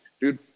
dude